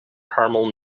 caramel